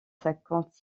cinquante